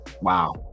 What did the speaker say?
Wow